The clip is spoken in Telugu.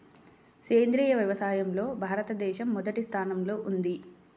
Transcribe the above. సేంద్రీయ వ్యవసాయంలో భారతదేశం మొదటి స్థానంలో ఉంది